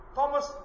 Thomas